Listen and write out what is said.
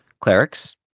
clerics